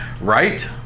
right